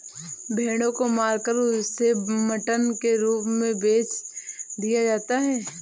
भेड़ों को मारकर उसे मटन के रूप में बेच दिया जाता है